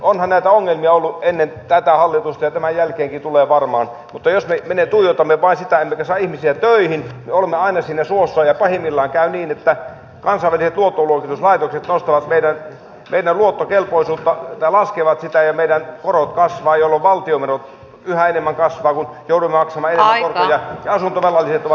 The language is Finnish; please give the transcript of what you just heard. onhan näitä ongelmia ollut ennen tätä hallitusta ja tämän jälkeenkin tulee varmaan mutta jos me tuijotamme vain sitä emmekä saa ihmisiä töihin me olemme aina siinä suossa ja pahimmillaan käy niin että kansainväliset luottoluokituslaitokset laskevat meidän luottokelpoisuuttamme ja meidän korkomme kasvavat jolloin valtion menot yhä enemmän kasvavat kun joudumme maksamaan enemmän korkoja ja asuntovelalliset ovat pulassa